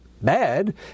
bad